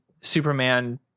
Superman-